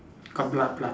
got blood blood